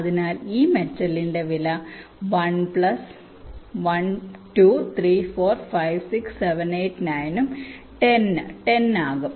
അതിനാൽ ഈ മെറ്റലിന്റെ വില 1 പ്ലസ് 1 2 3 4 5 6 7 8 9 ഉം 10 ഉം 10 ആകും